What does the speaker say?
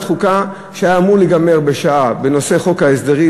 חוקה שהיה אמור להיגמר בנושא חוק ההסדרים,